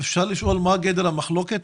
אפשר לשאול מה גדר המחלוקת?